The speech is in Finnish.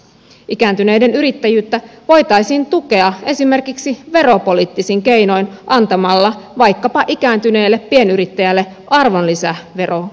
ikääntyneiden yrittäjyyttä voitaisiin tukea esimerkiksi veropoliittisin keinoin antamalla vaikkapa ikääntyneelle pienyrittäjälle arvonlisäverokevennyksiä